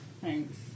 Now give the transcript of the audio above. Thanks